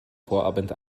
vorabend